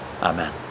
Amen